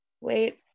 Wait